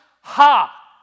Ha